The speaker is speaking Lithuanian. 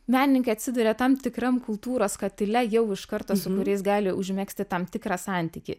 menininkai atsiduria tam tikram kultūros katile jau iš karto su kuriais gali užmegzti tam tikrą santykį